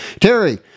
Terry